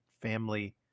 family